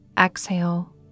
Exhale